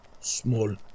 small